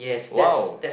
wow